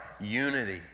unity